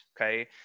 okay